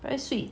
very sweet